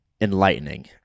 enlightening